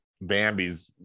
Bambi's